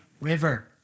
river